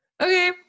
Okay